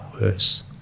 worse